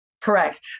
correct